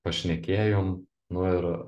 pašnekėjom nu ir